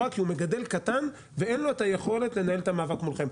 כי הוא מגדל קטן ואין לו את היכולת לנהל את המאבק מולכם.